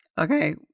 Okay